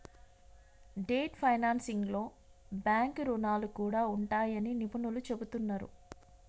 debt ఫైనాన్సింగ్లో bank రుణాలు కూడా ఉంటాయని నిపుణులు చెబుతున్నరు